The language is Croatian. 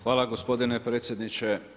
Hvala gospodine predsjedniče.